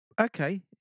Okay